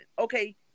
Okay